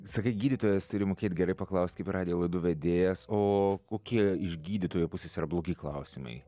sakai gydytojas turi mokėt gerai paklaust kaip ir radijo laidų vedėjas o kokie iš gydytojo pusės yra blogi klausimai